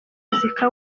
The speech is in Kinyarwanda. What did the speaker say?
muziki